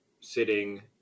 sitting